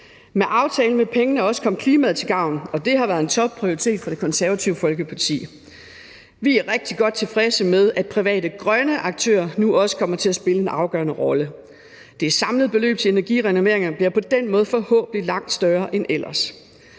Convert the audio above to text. Med aftalen vil pengene også komme klimaet til gode, og det har været en topprioritet for Det Konservative Folkeparti. Vi er rigtig godt tilfredse med, at private grønne aktører nu også kommer til at spille en afgørende rolle. Det samlede beløb til energirenoveringer bliver på den måde forhåbentlig langt større end ellers.